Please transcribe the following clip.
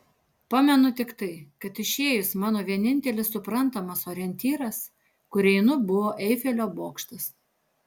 pamenu tik tai kad išėjus mano vienintelis suprantamas orientyras kur einu buvo eifelio bokštas